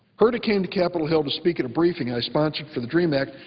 herta came to capitol hill to speak at a briefing i sponsored for the dream act.